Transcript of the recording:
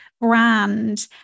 brand